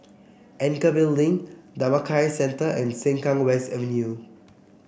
Anchorvale Link Dhammakaya Centre and Sengkang West Avenue